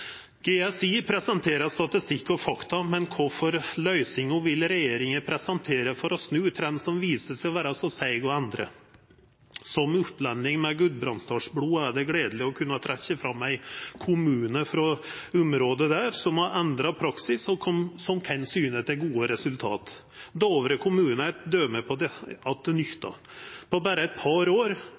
GSI, presenterer statistikk og fakta, men kva for løysingar vil regjeringa presentera for å snu ein trend som viser seg å vera så seig å endra? For ein opplending med gudbrandsdalsblod er det gledeleg å kunna trekkja fram ein kommune frå det området som har endra praksis og kan syna til gode resultat. Dovre kommune er eit døme på at det nyttar. På berre eit par år